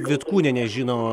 vitkūnienė žino